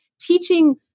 teaching